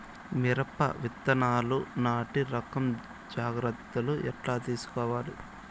మిరప విత్తనాలు నాటి రకం జాగ్రత్తలు ఎట్లా తీసుకోవాలి?